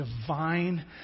divine